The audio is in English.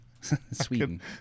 Sweden